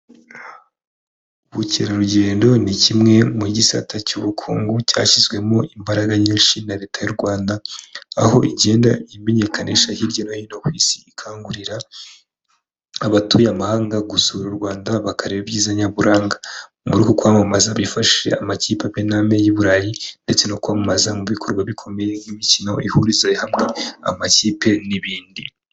Ubukerarugendo ni kimwe mu gisata cy'ubukungu cyashyizwemo imbaraga nyinshi na leta y'u Rwanda, aho igenda imenyekanisha hirya no hino ku isi ikangurira abatuye amahanga gusura u Rwanda bakareba ibyiza nyaburanga, muri uku kwamamaza bifashishije amakipe amwe na mwe y'i burayi ndetse no kwamamaza mu bikorwa bikomeye nk'imikino ihuririza hamwe amakipe n'ibindi.